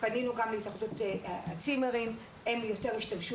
פנינו גם להתאחדות הצימרים והם השתמשו יותר